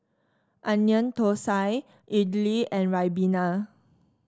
Onion Thosai idly and ribena